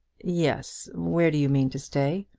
yes where do you mean to stay?